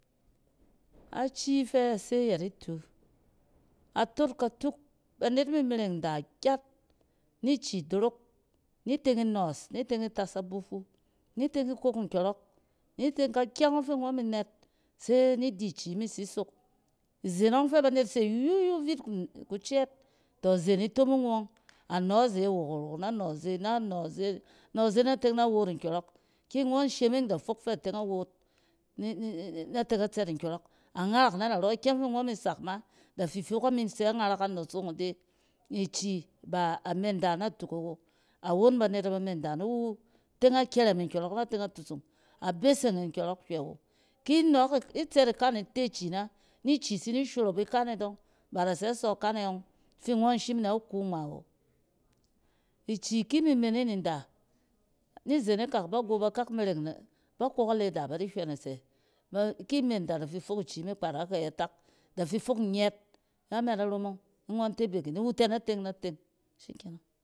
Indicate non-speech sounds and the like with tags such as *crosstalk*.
Aci fɛ se yɛt itu, atot katuk, banet mi mereng da gyat ni ici dorok ni teng inͻͻs, ni teng itang a bufu, ni tengn ikok nkyͻrͻk ni teng ka kyɛng ͻng fi ngͻn mi nɛt se ni di ki mi tsi sok. Izen ͻng fɛ ba net se yuyu rit kucɛɛt, tͻ zen kutomong wu ͻng. Anͻ ze wokorok na nͻ ze, na nͻ ze, nͻ ze na teng na woot nkyͻrͻk. Ki ngͻn shiming da fok fa teng a woot ne *hesitation* na teng a tsɛt nkyͻrͻk. A ngarak na narͻ, ikyɛng fi ngͻn mi sak ma da fi fok ami tsɛ ngarak a nosong ide. Ici ba a menda natuk awo, awon banet nɛ ba menda ni wu teng a kyɛrɛm nkyͻrͻk na teng na tusung, a beseng nkyͻrͻk hywɛ wo. Ki nͻͻk, ki tsɛt ikan ite ici na, ni ici tsi ni shorop ikan e dͻng ba da tsɛ sͻ ikane dͻng fi ngͻn shim na ku ngma wo. Ici ki mi men yin nda, ni izen ikak, ba go ba kak mereng, ba kok a led aba di hywɛnɛ sɛ, ki menda da fi fok ici ma kpa da hey atak. Da fi fok nyɛt a ma da romong ni ngͻn te beke ni wu tɛnɛ teng. Shi keneng.